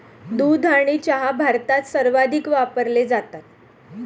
दूध आणि चहा भारतात सर्वाधिक वापरले जातात